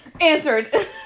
Answered